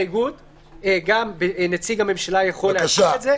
הסתייגות גם נציג הממשלה יכול לעשות את זה,